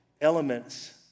elements